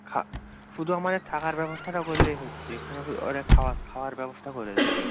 খা শুধু আমাদের থাকার ব্যবস্থাটা করলেই হচ্ছে এখানে ওরা খাওয়ার ব্যবস্থা করে দেবে